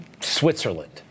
Switzerland